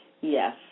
Yes